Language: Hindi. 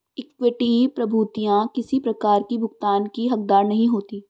इक्विटी प्रभूतियाँ किसी प्रकार की भुगतान की हकदार नहीं होती